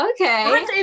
Okay